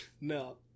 No